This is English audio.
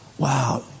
Wow